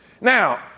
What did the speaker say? Now